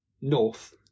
north